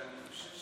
ואני חושב,